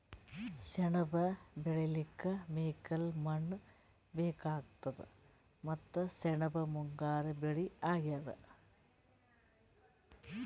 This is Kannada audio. ಸೆಣಬ್ ಬೆಳಿಲಿಕ್ಕ್ ಮೆಕ್ಕಲ್ ಮಣ್ಣ್ ಬೇಕಾತದ್ ಮತ್ತ್ ಸೆಣಬ್ ಮುಂಗಾರ್ ಬೆಳಿ ಅಗ್ಯಾದ್